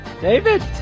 David